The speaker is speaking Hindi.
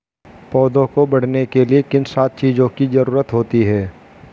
पौधों को बढ़ने के लिए किन सात चीजों की जरूरत होती है?